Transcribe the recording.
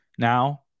Now